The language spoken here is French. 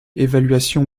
évaluation